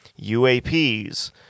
UAPs